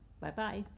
Bye-bye